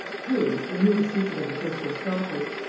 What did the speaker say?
true, he knew the secret of the crystal stopper.